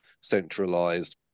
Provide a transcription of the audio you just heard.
centralized